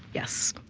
yes.